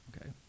okay